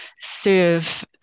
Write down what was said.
serve